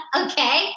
okay